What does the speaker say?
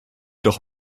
doch